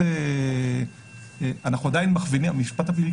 המשפט הפלילי,